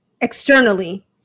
externally